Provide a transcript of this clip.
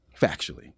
factually